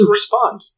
respond